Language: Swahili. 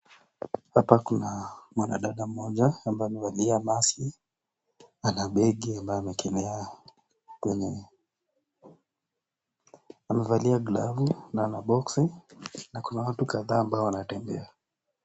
Hapa kuna mwanadada mmoja ambaye aliyevalia maski na ana begi moja ambalo amewekelea kwenye bega lake. Amevalia glovu na ana boxi na kuna watu kadhaa ambao wanatembea.